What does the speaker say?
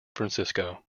francisco